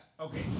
Okay